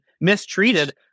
mistreated